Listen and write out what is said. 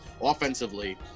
offensively